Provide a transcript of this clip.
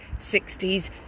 60s